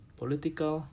political